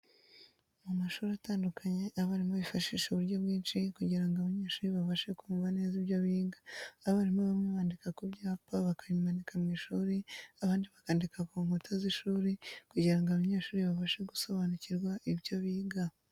Mu mashuri atandukanye abarimu bifashisha uburyo bwinci kujyira ngo abanyeshuri babashe kumva neza ibyo biga . Abarimu bamwe bandika ku byapa bakabimanika mu ishuri abandi bakandika ku nkuta z'ishuri kujyira ngo abanyeshuri babashe gusobanucyirwa ibyo biga.